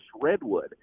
Redwood